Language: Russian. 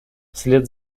вслед